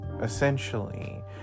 Essentially